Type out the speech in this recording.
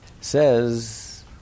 says